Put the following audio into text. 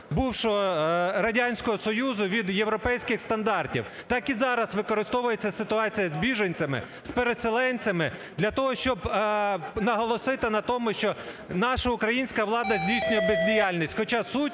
бувшого Радянського Союзу від європейських стандартів. Так і зараз використовується ситуація з біженцями, з переселенцями для того, щоб наголосити на тому, що наша українська влада здійснює бездіяльність. Хоча сутність